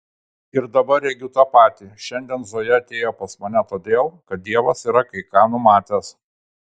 ir dabar regiu tą patį šiandien zoja atėjo pas mane todėl kad dievas yra kai ką numatęs